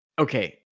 Okay